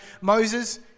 Moses